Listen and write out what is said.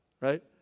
right